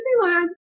Disneyland